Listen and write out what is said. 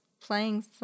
playing